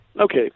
Okay